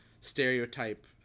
stereotype